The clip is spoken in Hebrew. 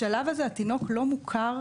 בשלב הזה התינוק לא מוכר.